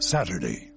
Saturday